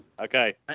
Okay